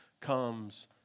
comes